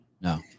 No